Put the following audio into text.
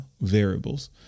variables